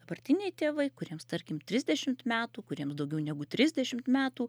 dabartiniai tėvai kuriems tarkim trisdešimt metų kuriems daugiau negu trisdešimt metų